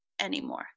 anymore